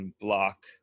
block